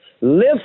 Live